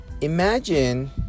imagine